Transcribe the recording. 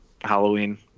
Halloween